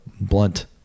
blunt